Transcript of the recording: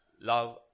love